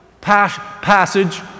passage